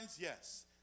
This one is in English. Yes